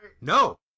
No